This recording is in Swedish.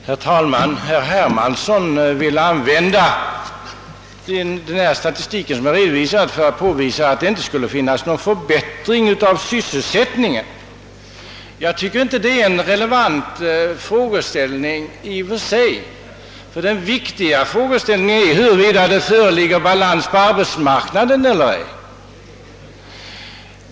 Herr talman! Herr Hermansson vill använda den redovisade statistiken för att påvisa att det inte skulle vara någon förbättring i sysselsättningen. Jag tycker inte att detta är en relevant fråge ställning — ty den viktiga frågeställningen är huruvida det föreligger balans på arbetsmarknaden eller ej.